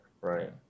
Right